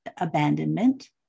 abandonment